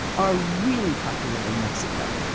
are really popular in mexico.